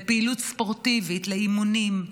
לפעילות ספורטיבית ולאימונים,